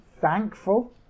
thankful